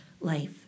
life